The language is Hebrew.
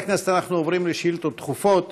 חברי הכנסת, אנחנו עוברים לשאילתות דחופות.